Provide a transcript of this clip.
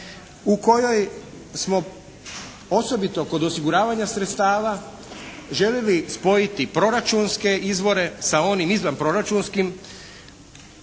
u kojoj smo osobito kod osiguravanja sredstava željeli spojiti proračunske izvore sa onim izvanproračunskim